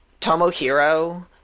Tomohiro